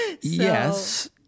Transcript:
Yes